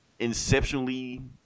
inceptionally